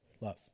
love